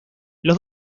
los